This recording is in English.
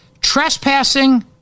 trespassing